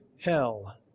hell